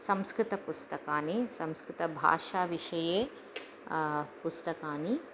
संस्कृतपुस्तकानि संस्कृतभाषाविषये पुस्तकानि